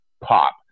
pop